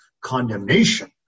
condemnation